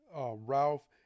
Ralph